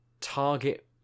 target